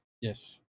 Yes